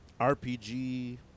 RPG